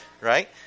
right